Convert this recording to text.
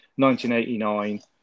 1989